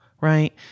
right